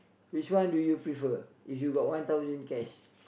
which one do you prefer if you got one thousand cash